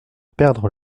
perdre